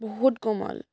বহুত কোমল